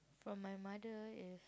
from my mother is